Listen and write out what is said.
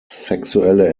sexuelle